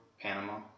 Panama